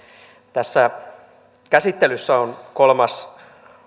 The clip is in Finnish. tässä käsittelyssä on kolmas